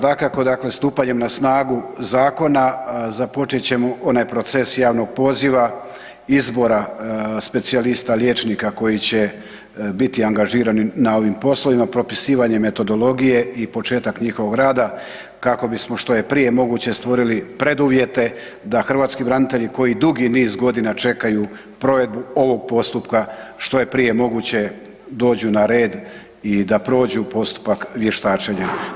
Dakako, dakle stupanjem na snagu zakona započet ćemo onaj proces javnog poziva izbora specijalista liječnika koji će biti angažiran na ovim poslovima propisivanjem metodologije i početak njihovog rada kako bismo što je prije moguće stvorili preduvjete da hrvatski branitelji koji dugi niz godina čekaju provedbu ovog postupka što je prije moguće dođu na red i da prođu postupak vještačenja.